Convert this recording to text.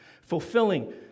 Fulfilling